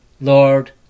Lord